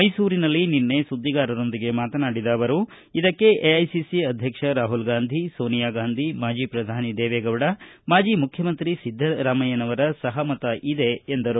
ಮೈಸೂರಿನಲ್ಲಿ ನಿನ್ನೆ ಸುದ್ದಿಗಾರರೊಂದಿಗೆ ಮಾತನಾಡಿದ ಅವರು ಇದಕ್ಕೆ ಎಐಸಿಸಿ ಅಧ್ಯಕ್ಷ ರಾಹುಲ್ ಗಾಂಧಿ ಸೋನಿಯಾ ಗಾಂಧಿ ಮಾಜಿ ಪ್ರಧಾನಿ ದೇವೇಗೌಡ ಮಾಜಿ ಮುಖ್ಯಮಂತ್ರಿ ಸಿದ್ದರಾಮಯ್ಥನವರ ಸಹಮತ ಇದೆ ಎಂದರು